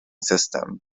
system